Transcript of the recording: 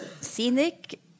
scenic